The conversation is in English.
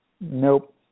Nope